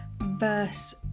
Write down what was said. verse